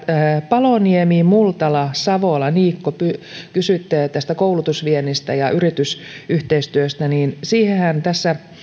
paloniemi multala savola niikko kysyivät koulutusviennistä ja yritysyhteistyöstä tässä